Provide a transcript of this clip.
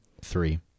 Three